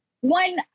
one